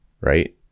right